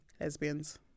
lesbians